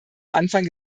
anfang